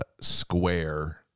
square